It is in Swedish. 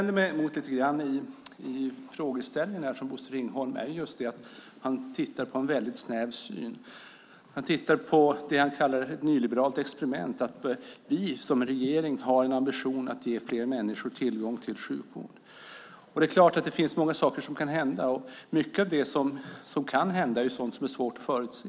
Det jag lite grann vänder mig emot i Bosse Ringholms frågeställning är hans snäva syn. Han tittar på det han kallar ett nyliberalt experiment, att vi som regering har en ambition att ge fler människor tillgång till sjukvård. Det är klart att det finns många saker som kan hända, och mycket av det som kan hända är svårt att förutse.